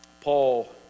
Paul